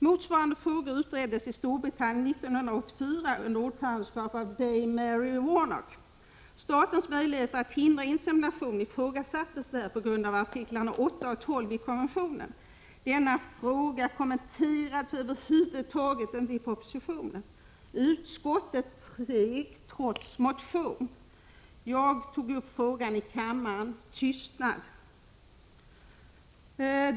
Motsvarande frågor utreddes i Storbritannien 1984 under ordförandeskap av Dame Mary Warnock. Statens möjligheter att hindra insemination ifrågasattes där på grund av artiklarna 8 och 12 i konventionen. Denna fråga kommenterades över huvud taget inte i propositionen. Utskottet teg trots att motion hade väckts. Jag tog upp frågan i kammaren. Svaret blev tystnad.